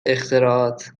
اختراعات